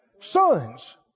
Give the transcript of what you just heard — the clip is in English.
Sons